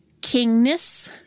kingness